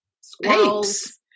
squirrels